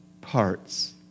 parts